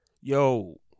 yo